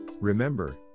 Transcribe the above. Remember